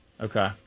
Okay